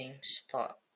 spot